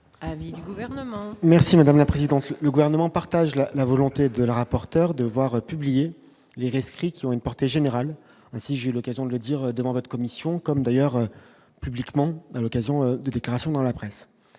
Merci madame la présidente, le gouvernement partage la la volonté de la rapporteure de voir publier les rescrit qui ont une portée générale, si j'ai l'occasion de le dire devant votre commission, comme d'ailleurs publiquement à l'occasion de déclarations dans la presse,